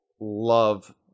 love